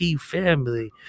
family